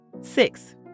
Six